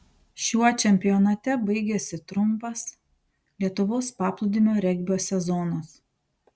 šiuo čempionate baigėsi trumpas lietuvos paplūdimio regbio sezonas